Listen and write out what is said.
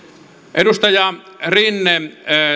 edustaja rinne